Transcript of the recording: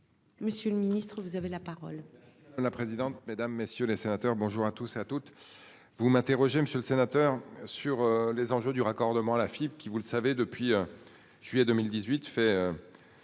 Monsieur le Ministre, vous avez la parole.